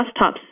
desktops